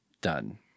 Done